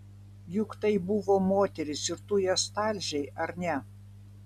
juk tai buvo moterys ir tu jas talžei ar ne